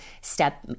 step